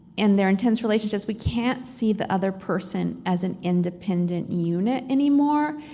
and they're intense relationships, we can't see the other person as an independent unit any more,